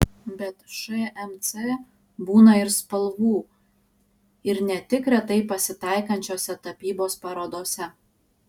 bet šmc būna ir spalvų ir ne tik retai pasitaikančiose tapybos parodose